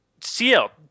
CL